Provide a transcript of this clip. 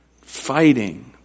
fighting